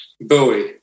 bowie